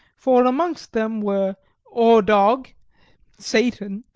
for amongst them were ordog satan,